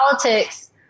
politics